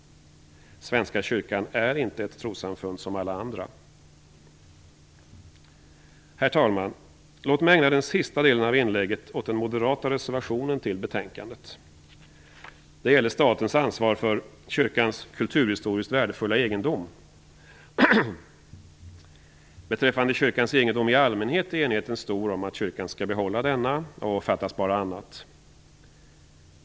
Svenska kyrkan är inte ett trossamfund som alla andra. Herr talman! Låt mig ägna den sista delen av inlägget åt den moderata reservationen som är fogad till betänkandet. Den gäller statens ansvar för kyrkans kulturhistoriskt värdefulla egendom. Beträffande kyrkans egendom i allmänhet är enigheten stor om att kyrkan skall behålla denna, och fattas bara annat.